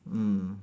mm